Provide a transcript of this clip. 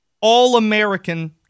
all-American